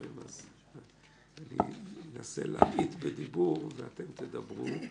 אני אנסה להמעיט בדיבור ואתם תדברו.